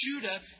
Judah